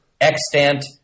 extant